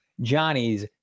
Johnny's